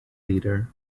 leader